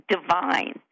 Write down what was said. Divine